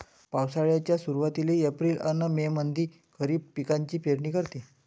पावसाळ्याच्या सुरुवातीले एप्रिल अन मे मंधी खरीप पिकाची पेरनी करते